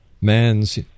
man's